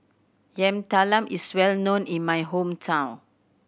Yam Talam is well known in my hometown